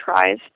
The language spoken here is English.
tries